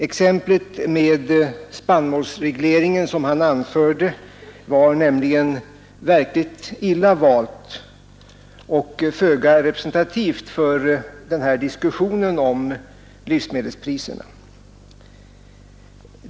Exemplet med spannmålsregleringen som han anförde var nämligen verkligen illa valt och föga representativt för diskussionen om livsmedelspriserna.